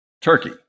Turkey